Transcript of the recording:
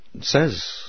says